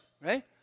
right